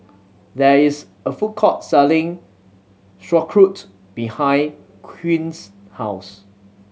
there is a food court selling Sauerkraut behind Quinn's house